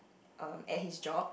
um at his job